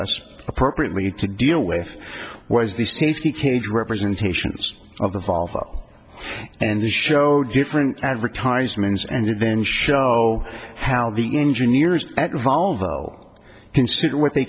us appropriately to deal with was the safety cage representations of the hall and the show different advertisements and then show how the engineers valvo considered what they